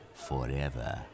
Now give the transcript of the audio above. forever